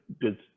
good